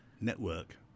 network